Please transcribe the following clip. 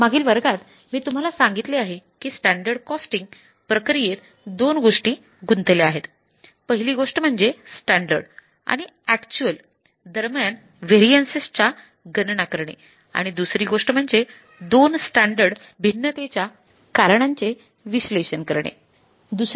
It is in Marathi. मागील वर्गात मी तुम्हाला सांगितले आहे की स्टँडर्ड कॉस्टींग हे २८६